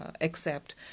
accept